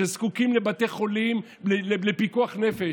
שזקוקים לבתי חולים, פיקוח נפש,